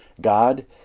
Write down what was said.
God